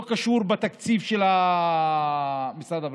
זה לא קשור בתקציב של משרד הבריאות,